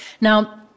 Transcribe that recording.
Now